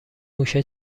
موشه